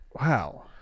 wow